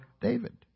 David